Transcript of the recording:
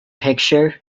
picture